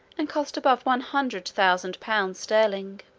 and cost above one hundred thousand pounds sterling.